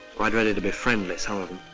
quite ready to be friendly, some of them.